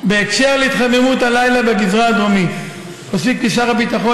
בהקשר להתחממות הלילה בגזרה הדרומית אוסיף כי שר הביטחון